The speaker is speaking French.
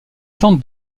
tente